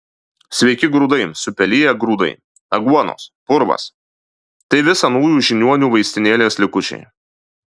sveiki grūdai supeliję grūdai aguonos purvas tai vis senųjų žiniuonių vaistinėlės likučiai